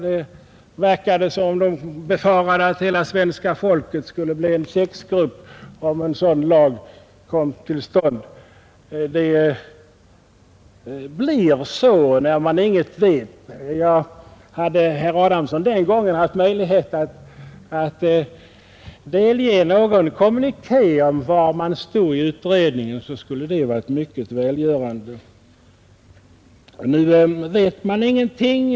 Det verkade som om de befarade att hela svenska folket skulle bli en enda sexgrupp, om den lag man väntade kom till stånd. Det blir lätt så, när man ingenting säkert vet. Om herr Adamsson den gången hade haft möjligheter att delge någon kommuniké om var man stod i utredningen, så skulle det ha varit mycket välgörande. Nu vet man ingenting.